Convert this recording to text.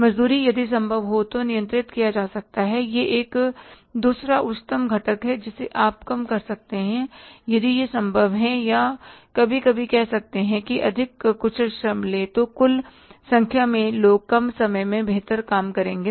मजदूरी यदि संभव हो तो नियंत्रित किया जा सकता है यह एक दूसरा उच्चतम घटक है जिसे आप कम कर सकते हैं यदि यह संभव है या कभी कभी कह सकते हैं की अधिक कुशल श्रम ले तो कम संख्या में लोग कम समय में बेहतर काम करेंगे